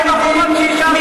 מה עם החובות שהשארתם?